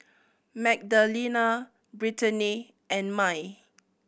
Magdalena Brittanie and Mai